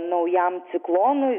naujam ciklonui